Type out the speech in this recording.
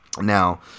now